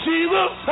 Jesus